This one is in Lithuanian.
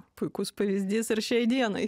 puikus pavyzdys ir šiai dienai